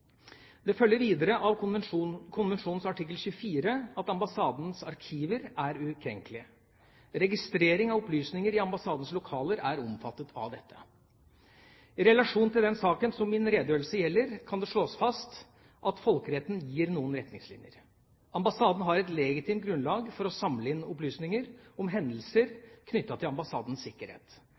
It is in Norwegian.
Det følger videre av konvensjonens artikkel 24 at ambassadens arkiver er ukrenkelige. Registrering av opplysninger i ambassadens lokaler er omfattet av dette. I relasjon til den saken som min redegjørelse gjelder, kan det slås fast at folkeretten gir noen retningslinjer. Ambassaden har et legitimt grunnlag for å samle inn opplysninger om hendelser knyttet til ambassadens sikkerhet.